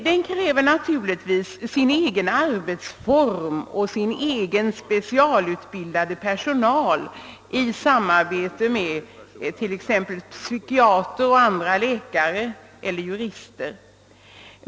Den kräver naturligtvis sin egen arbetsform och sin egen specialutbildade personal i samarbete med t.ex. psykiatrer och andra läkare eller jurister.